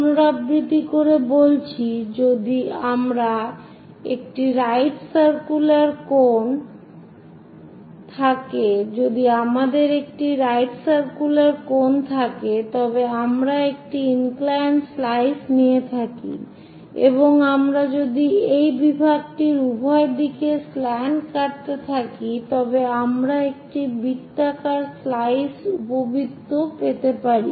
পুনরাবৃত্তি করে বলছি যদি আমাদের একটি রাইট সার্কুলার কোন থাকে তবে আমরা একটি ইনক্লাইন স্লাইস নিয়ে থাকি এবং আমরা যদি এই বিভাগটির উভয় দিকে স্ল্যান্ট কাটতে থাকি তবে আমরা একটি বৃত্তাকার স্লাইস উপবৃত্ত পেতে পারি